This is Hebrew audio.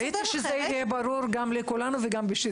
רציתי שזה יהיה ברור לכולנו ושזה יהיה גם בשידור כעת.